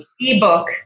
ebook